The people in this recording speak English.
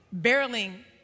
barreling